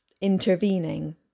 intervening